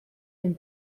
den